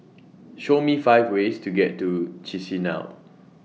Show Me five ways to get to Chisinau